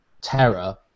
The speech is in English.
terror